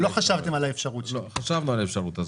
לא חשבתם על האפשרות שלי.